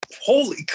holy